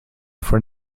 for